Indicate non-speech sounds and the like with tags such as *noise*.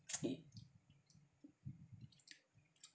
*noise*